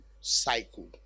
cycle